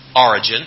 origin